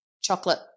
chocolate